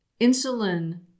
insulin